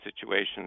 situations